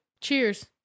cheers